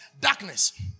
darkness